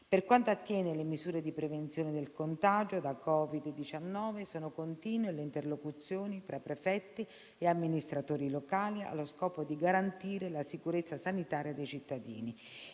Per quanto attiene alle misure di prevenzione del contagio da Covid-19, sono continue le interlocuzioni tra prefetti e amministratori locali allo scopo di garantire la sicurezza sanitaria dei cittadini.